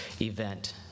event